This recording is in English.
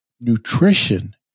nutrition